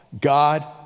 God